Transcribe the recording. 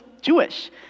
Jewish